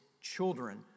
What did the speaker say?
children